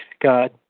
God